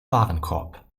warenkorb